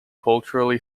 culturally